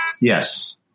Yes